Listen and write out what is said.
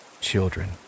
children